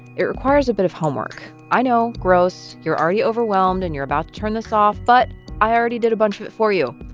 it requires a bit of homework. i know gross. you're already overwhelmed, and you're about to turn this off. but i already did a bunch of it for you.